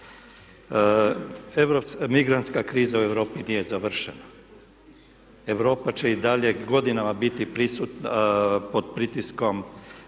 Migrantska kriza u Europi nije završena. Europa će i dalje godinama biti pod pritiskom